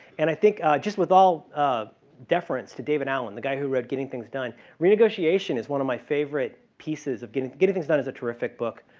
and i think just with all deference to david allen, the guy who wrote getting things done, renegotiation is one of my favorite pieces of getting getting things done is a terrific book.